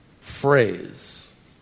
phrase